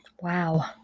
wow